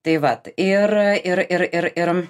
tai vat ir ir ir ir ir